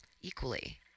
equally